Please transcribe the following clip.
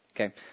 Okay